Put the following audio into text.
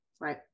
right